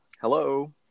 Hello